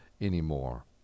anymore